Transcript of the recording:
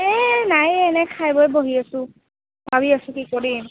এই নাই এনেই খাই বৈ বহি আছোঁ ভাবি আছোঁ কি কৰিম